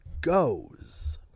goes